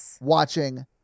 watching